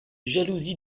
jalousies